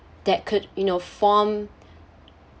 that could you know form